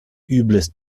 übles